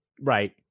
right